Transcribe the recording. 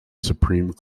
supreme